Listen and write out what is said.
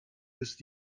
ist